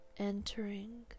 Entering